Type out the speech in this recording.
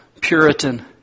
Puritan